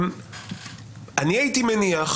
אני הייתי מניח